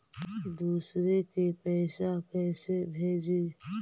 दुसरे के पैसा कैसे भेजी?